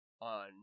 on